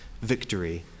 victory